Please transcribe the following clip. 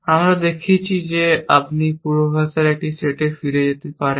আমরা দেখেছি যে আপনি পূর্বাভাসের একটি সেটে ফিরে যেতে পারেন